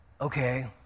okay